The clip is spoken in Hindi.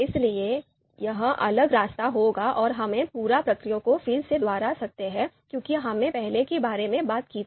इसलिए यह अलग रास्ता होगा और हम पूरी प्रक्रिया को फिर से दोहरा सकते हैं क्योंकि हमने पहले के बारे में बात की थी